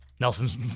Nelson's